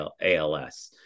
ALS